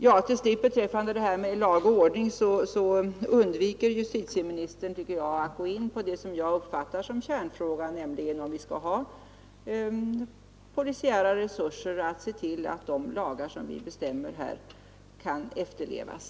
Vad slutligen gäller det här med lag och ordning så undviker justitieministern, tycker jag, att gå in på det som jag uppfattar som kärnfrågan, nämligen om vi skall ha polisiära resurser att se till att de lagar som vi beslutar kan efterlevas.